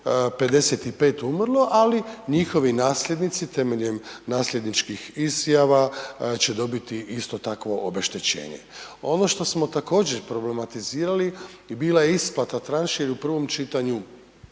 55 umrlo, ali njihovi nasljednici temeljem nasljedničkih izjava će dobiti isto takvo obeštećenje. Ono što smo također problematizirali i bila je isplata, …/Govornik